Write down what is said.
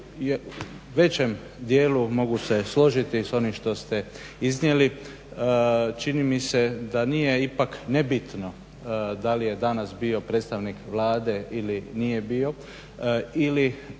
U većem dijelu mogu se složiti s onim što ste iznijeli. Čini mi se da nije ipak nebitno da li je danas bio predstavnik Vlade ili nije bio ili